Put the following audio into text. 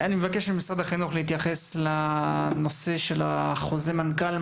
אני מבקש ממשרד החינוך להתייחס לנושא של חוזר מנכ"ל,